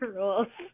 rules